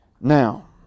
Now